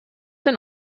den